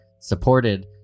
supported